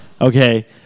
Okay